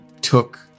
took